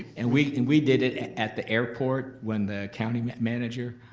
and we and we did it at the airport when the county manager,